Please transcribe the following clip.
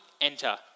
enter